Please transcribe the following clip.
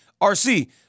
RC